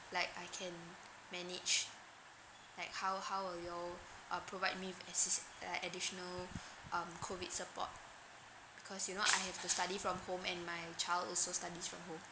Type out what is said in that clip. like I can manage like how how will you all uh provide me with assis~ like additional um COVID support because you know I have to study from home and my child also studies from home